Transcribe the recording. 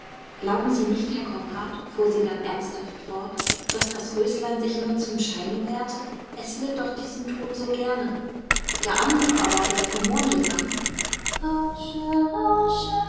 glauben sie nicht herr konrad fuhr sie dann ernsthaft fort daß das röslein sich nur zum scheine wehrte es litt doch diesen tod so gerne der andere aber der vom monde sang